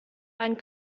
einen